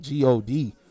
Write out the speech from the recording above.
God